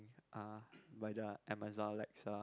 uh by the Amazon